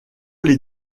les